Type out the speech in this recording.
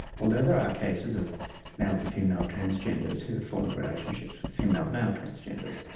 although there are cases of male-to-female transgenders who've formed relationships with female-male transgenders.